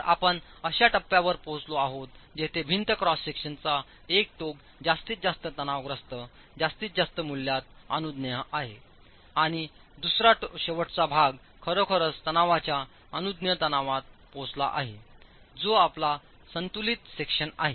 तर आपण अशा टप्प्यावर पोहोचला आहात जेथे भिंत क्रॉस सेक्शनचा एक टोक जास्तीतजास्त तणावग्रस्त जास्तीतजास्त मूल्यात अनुज्ञेय आहे आणि दुसरा शेवटचा भाग खरोखरच ताणतणावाच्या अनुज्ञेय तणावात पोहोचला आहे जो आपला संतुलित सेक्शन आहे